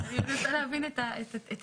אני מנסה להבין את הטענה.